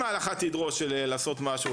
אם ההלכה תדרוש לעשות משהו,